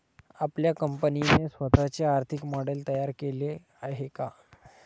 आपल्या कंपनीने स्वतःचे आर्थिक मॉडेल तयार केले आहे का?